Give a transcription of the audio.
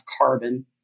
carbon